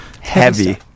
Heavy